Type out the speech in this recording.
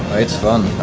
it's fun,